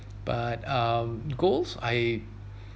but um goals I